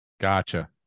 gotcha